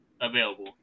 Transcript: available